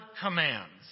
commands